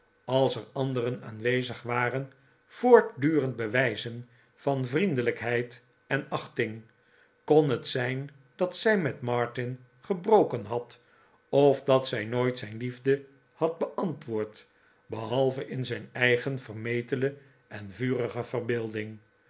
als er anderen aanwezig waren voortdurend bewijzen van vriendelijkheid en achting kon het zijn dat zij met martin gebroken had of dat zij nooit zijn liefde had beantwoord behalve in zijn eigen vermetele en vurige verbeelding